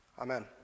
Amen